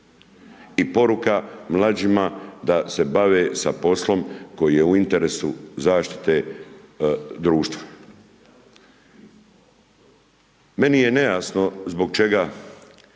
I poruka, mlađima da se bave sa poslom koji je u interesu zaštite društva. Meni je nejasno, zbog čega